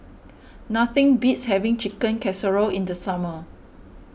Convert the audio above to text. nothing beats having Chicken Casserole in the summer